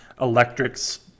electrics